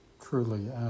truly